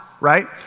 right